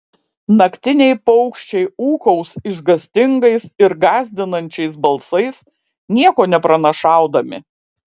naktiniai paukščiai ūkaus išgąstingais ir gąsdinančiais balsais nieko nepranašaudami